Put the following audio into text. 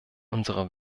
unserer